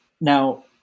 now